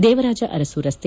ದೇವರಾಜ ಅರಸು ರಸ್ತೆ